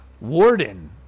warden